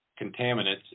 contaminants